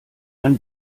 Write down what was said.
ein